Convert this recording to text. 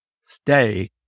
stay